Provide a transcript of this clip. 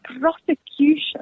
prosecution